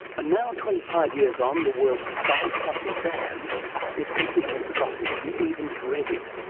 and now, twenty five years on, the word bipartisan is completely forgotten and even dreaded.